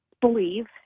Believe